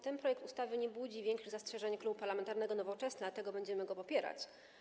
Ten projekt ustawy nie budzi większych zastrzeżeń Klubu Poselskiego Nowoczesna, dlatego będziemy go popierać.